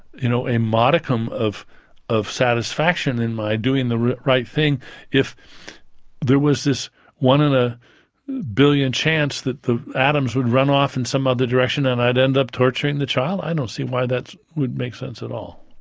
you know, a modicum of of satisfaction in my doing the right thing if there was this one in a billion chance that the atoms would run off in some other direction and i'd end up torturing the child. i don't see why that would make sense at all.